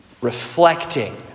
reflecting